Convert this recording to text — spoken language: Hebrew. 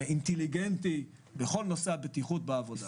אינטליגנטי בכל נושא הבטיחות בעבודה.